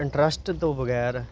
interest ਤੋਂ ਬਗੈਰ